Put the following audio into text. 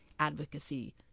advocacy